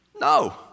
no